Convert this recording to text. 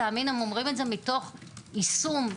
הם אומרים את זה מתוך יישום,